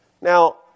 Now